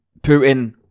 Putin